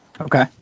Okay